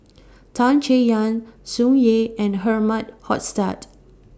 Tan Chay Yan Tsung Yeh and Herman Hochstadt